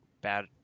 bad